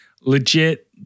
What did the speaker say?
legit